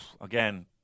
Again